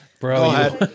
bro